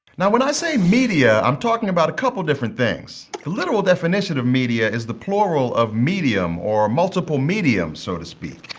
now when i say media i'm talking about a couple different things. the literal definition of media is the plural of medium, or multiple mediums, so to speak.